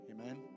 Amen